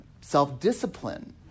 self-discipline